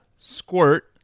Squirt